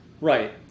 Right